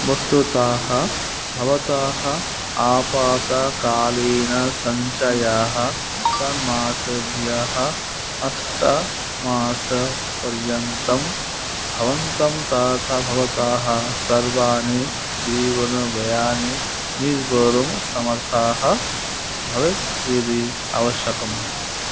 वस्तुतः भवतः आपत्कालीनसञ्चयः षण्मासेभ्यः अष्टमासपर्यन्तं भवन्तं तथा भवतः सर्वाणि जीवनव्ययानि निर्वोढुं समर्थः भवेत् यदि आवश्यकम्